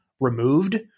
removed